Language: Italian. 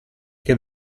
che